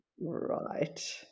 right